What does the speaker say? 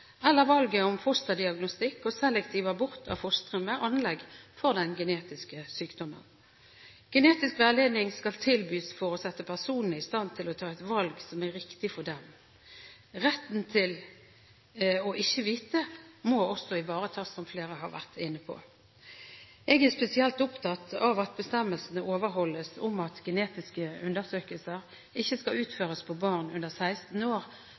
eller valget om fosterdiagnostikk og selektiv abort av fostre med anlegg for den genetiske sykdommen. Genetisk veiledning skal tilbys for å sette personene i stand til å ta et valg som er riktig for dem. Retten til ikke å vite må også ivaretas, som flere har vært inne på. Jeg er spesielt opptatt av at bestemmelsene overholdes om at genetiske undersøkelser ikke skal utføres på barn under 16 år,